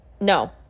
No